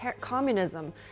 communism